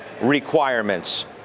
requirements